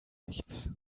nichts